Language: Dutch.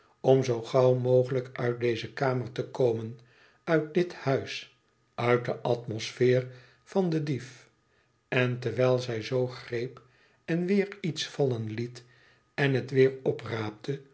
om zoo gauw mogelijk uit deze kamer te komen uit dit huis uit de atmosfeer van den dief en terwijl zij zoo greep en weêr iets vallen liet en het weêr opraapte